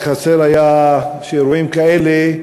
רק חסר היה שאירועים כאלה,